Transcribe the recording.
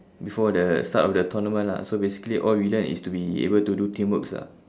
before the start of the tournament lah so basically all we learn is to be able to do teamworks lah